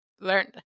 learned